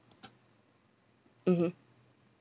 mmhmm